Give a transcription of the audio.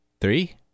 three